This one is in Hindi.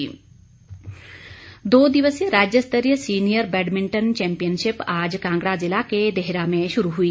बैडमिंटन दो दिवसीय राज्यस्तरीय सीनियर बैडमिंटन चैंपियनशिप आज कांगड़ा ज़िला के देहरा में शुरू हुई